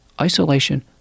isolation